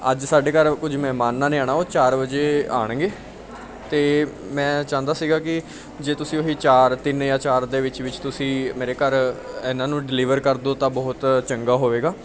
ਅੱਜ ਸਾਡੇ ਘਰ ਕੁਝ ਮਹਿਮਾਨਾਂ ਨੇ ਆਉਣਾ ਉਹ ਚਾਰ ਵਜੇ ਆਉਣਗੇ ਅਤੇ ਮੈਂ ਚਾਹੁੰਦਾ ਸੀਗਾ ਕਿ ਜੇ ਤੁਸੀਂ ਉਹੀ ਚਾਰ ਤਿੰਨ ਜਾਂ ਚਾਰ ਦੇ ਵਿੱਚ ਵਿੱਚ ਤੁਸੀਂ ਮੇਰੇ ਘਰ ਇਹਨਾਂ ਨੂੰ ਡਿਲੀਵਰ ਕਰ ਦਿਉ ਤਾਂ ਬਹੁਤ ਚੰਗਾ ਹੋਵੇਗਾ